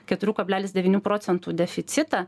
keturių kablelis devynių procentų deficitą